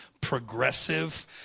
progressive